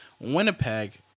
Winnipeg